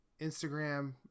Instagram